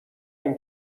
این